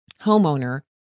homeowner